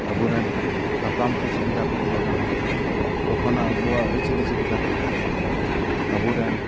ᱟᱵᱚᱨᱮᱱ ᱦᱟᱯᱲᱟᱢ ᱠᱚ ᱪᱮᱫ ᱞᱮᱞᱟ ᱠᱚ ᱛᱟᱦᱮᱸ ᱠᱟᱱᱟ ᱛᱚᱠᱷᱚᱱᱟᱜ ᱟᱵᱚᱣᱟᱜ ᱟᱹᱨᱤᱪᱟᱹᱞᱤ ᱪᱮᱫ ᱞᱮᱠᱟ ᱛᱟᱦᱮᱸ ᱠᱟᱱᱟ ᱟᱵᱚ ᱨᱮᱱ